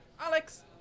Alex